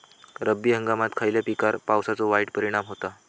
रब्बी हंगामात खयल्या पिकार पावसाचो वाईट परिणाम होता?